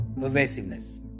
pervasiveness